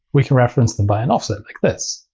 we can reference them by an offset like this.